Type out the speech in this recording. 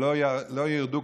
שלא ירדו,